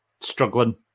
struggling